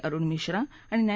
अरुण मिश्रा आणि न्या